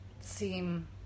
seem